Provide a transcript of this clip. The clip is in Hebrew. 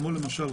כמו למשל,